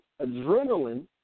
Adrenaline